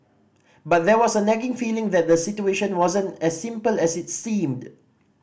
but there was a nagging feeling that the situation wasn't as simple as it seemed